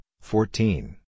fourteen